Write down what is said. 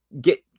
get